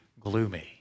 gloomy